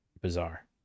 bizarre